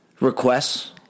requests